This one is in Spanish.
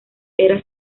pera